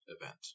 event